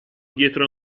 dietro